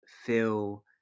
feel